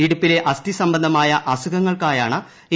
ഇടുപ്പിലെ അസ്ഥി സംബന്ധമായ അസുഖങ്ങൾക്കായാണ് എ